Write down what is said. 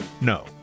no